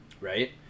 Right